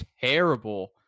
terrible